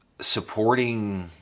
supporting